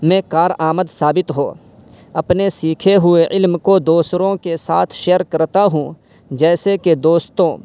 میں کارآمد ثابت ہو اپنے سیکھے ہوئے علم کو دوسروں کے ساتھ شیئر کرتا ہوں جیسے کہ دوستو